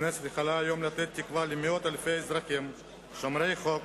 הכנסת יכולה היום לתת תקווה למאות אלפי אזרחים שומרי חוק